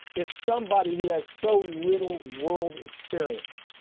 it's somebody who has so little world experience.